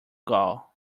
gall